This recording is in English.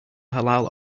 halal